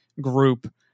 group